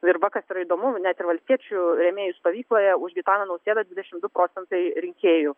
nu ir va kas yra įdomu nu net ir valstiečių rėmėjų stovykloje už gitaną nausėdą dvidešim du procentai rinkėjų